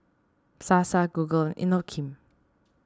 Sasa Google Inokim